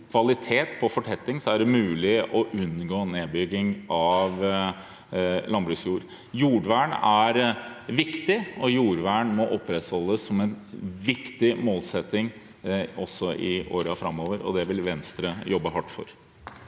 kvalitet på fortetting er det mulig å unngå nedbygging av landbruksjord. Jordvern er viktig, og jordvern må opprettholdes som en viktig målsetting også i årene framover, og det vil Venstre jobbe hardt for.